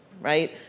right